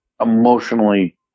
emotionally